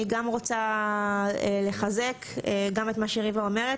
אני גם רוצה לחזק, גם את מה שריבה אומרת.